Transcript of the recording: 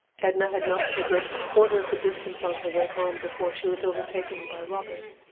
edna had not traversed a quarter of the distance on her way home before she was overtaken by robert.